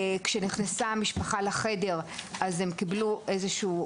כשנכנסה משפחה לחדר, אז לאחר קבלת הפנים,